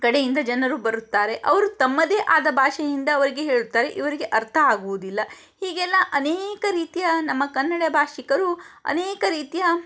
ಕಡೆಯಿಂದ ಜನರು ಬರುತ್ತಾರೆ ಅವರು ತಮ್ಮದೇ ಆದ ಭಾಷೆಯಿಂದ ಅವರಿಗೆ ಹೇಳುತ್ತಾರೆ ಇವರಿಗೆ ಅರ್ಥ ಆಗುವುದಿಲ್ಲ ಹೀಗೆಲ್ಲ ಅನೇಕ ರೀತಿಯ ನಮ್ಮ ಕನ್ನಡ ಭಾಷಿಗರು ಅನೇಕ ರೀತಿಯ